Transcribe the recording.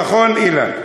נכון, אילן.